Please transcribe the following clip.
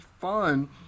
fun